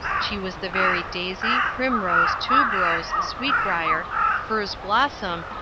she was the very daisy, primrose, tuberose, sweet brier furze blossom,